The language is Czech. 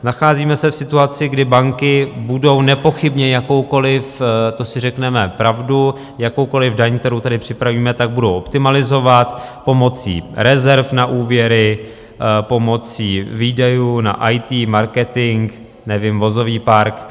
Nacházíme se v situaci, kdy banky budou nepochybně jakoukoliv to si řekněme pravdu jakoukoliv daň, kterou tady připravíme, budou optimalizovat pomocí rezerv na úvěry, pomocí výdajů na IT, marketing, nevím, vozový park.